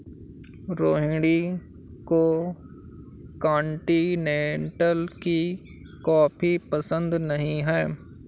रोहिणी को कॉन्टिनेन्टल की कॉफी पसंद नहीं है